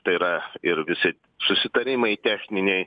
tai yra ir visi susitarimai techniniai